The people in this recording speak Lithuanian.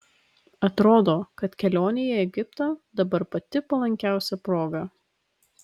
atrodo kad kelionei į egiptą dabar pati palankiausia proga